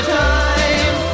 time